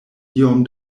iom